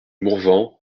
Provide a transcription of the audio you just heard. mourvenc